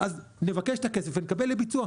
נבקש את הכסף ונקבל לביצוע.